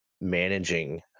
managing